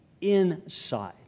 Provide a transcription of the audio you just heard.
inside